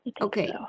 Okay